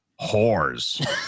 Whores